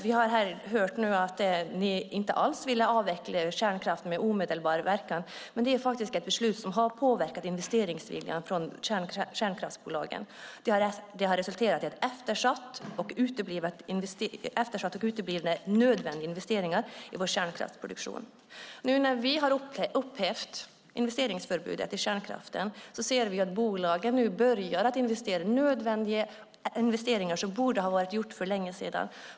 Vi har här hört att ni inte alls ville avveckla kärnkraften med omedelbar verkan, men det är faktiskt ett beslut som har påverkat investeringsviljan från kärnkraftsbolagen. Det har resulterat i eftersatta och uteblivna nödvändiga investeringar i vår kärnkraftsproduktion. Nu när vi har upphävt investeringsförbudet i kärnkraften ser vi att bolagen börjar göra nödvändiga investeringar som borde ha varit gjorda för länge sedan.